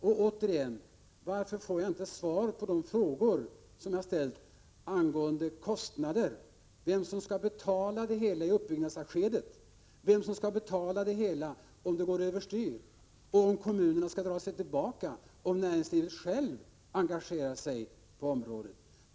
Och återigen: Varför får jag inte svar på de frågor som jag ställt angående kostnaderna? Vem skall betala det hela i uppbyggnadsskedet? Vem skall betala det hela om det går över styr? Skall kommunerna dra sig tillbaka om näringslivet självt engagerar sig på området?